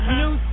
new